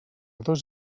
dos